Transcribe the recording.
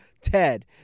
Ted